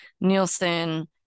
nielsen